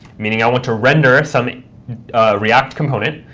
meaning i want to render some react component,